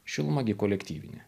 šiluma gi kolektyvinė